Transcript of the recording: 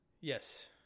Yes